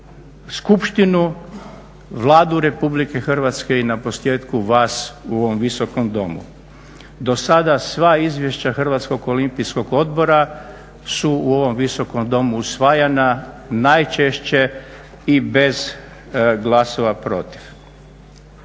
skupštinu, Vladu Republike Hrvatske i naposljetku vas u ovom Visokom domu. Do sada sva izvješća Hrvatskog olimpijskog odbora su u ovom Visokom domu usvajana najčešće i bez glasova protiv.